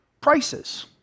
prices